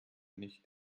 nicht